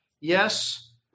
Yes